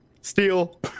Steal